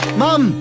mom